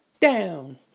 down